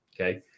Okay